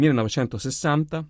1960